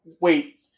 wait